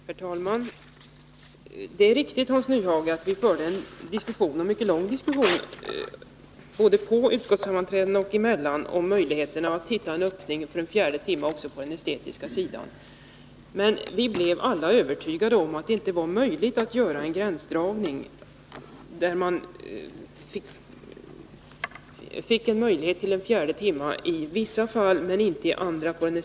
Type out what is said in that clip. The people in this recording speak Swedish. Herr talman! Det är riktigt att vi förde en mycket lång diskussion, både på utskottssammanträdena och emellan, om möjligheterna att hitta en öppning för den fjärde timmen också på den estetiska sidan. Men vi blev inom majoriteten övertygade om att det inte var möjligt att göra en gränsdragning så att man fick den fjärde timmen i vissa fall men inte i andra.